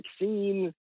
vaccine